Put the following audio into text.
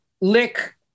lick